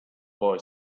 boy